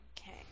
okay